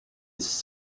its